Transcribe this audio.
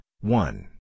one